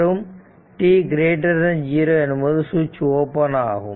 மற்றும் t 0 எனும்போது சுவிட்ச் ஓபன் ஆகும்